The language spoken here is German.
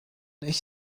ich